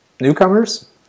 newcomers